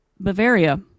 Bavaria